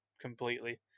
completely